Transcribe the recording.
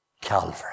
Calvary